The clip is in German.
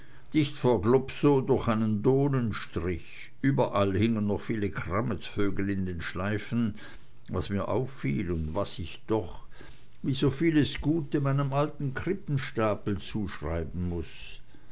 dicht vor globsow durch einen dohnenstrich überall hingen noch viele krammetsvögel in den schleifen was mir auffiel und was ich doch wie so vieles gute meinem alten krippenstapel zuschreiben muß